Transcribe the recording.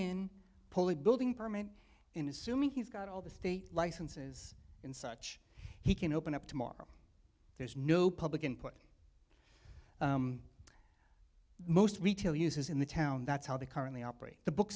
in poli building permit in assuming he's got all the state licenses in such he can open up tomorrow there's no public input most retail uses in the town that's how they currently operate the